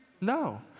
No